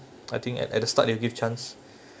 I think at at the start they give chance